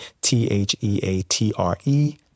T-H-E-A-T-R-E